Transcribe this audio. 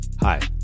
Hi